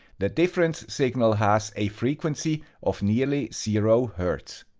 the difference signal has a frequency of nearly zero hertz.